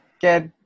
get